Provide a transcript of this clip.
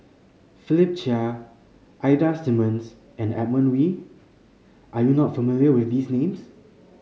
Philip Chia Ida Simmons and Edmund Wee are you not familiar with these names